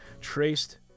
traced